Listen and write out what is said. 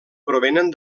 provenen